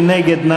מי נגד?